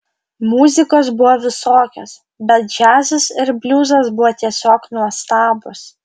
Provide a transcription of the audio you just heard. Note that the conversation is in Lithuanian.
muzikos buvo visokios bet džiazas ir bliuzas buvo tiesiog nuostabūs